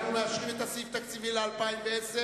אנחנו מאשרים את הסעיף התקציבי ל-2010.